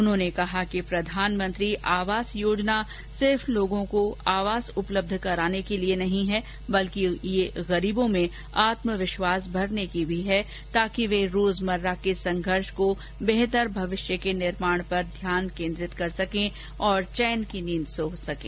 उन्होंने कहा कि प्रधानमंत्री आवास योजना सिर्फ लोगों को आवास उपलब्ध कराने के लिये नहीं है बल्कि ये गरीबों में आत्मविश्वास भरने की भी है ताकि वे रोजमर्रा के संघर्ष को बेहतर भविष्य के निर्माण पर ध्यान केन्द्रित कर सके और चैन की नींद सो सकें